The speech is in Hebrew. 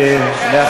בבקשה.